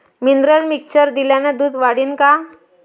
Mineral mixture दिल्यानं दूध वाढीनं का?